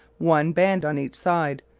one band on each side,